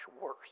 worse